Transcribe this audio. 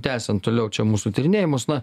tęsiant toliau čia mūsų tyrinėjimus na